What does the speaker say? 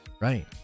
right